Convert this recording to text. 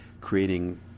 creating